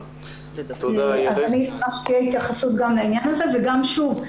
אני אשמח שתהיה התייחסות גם לעניין הזה ושוב,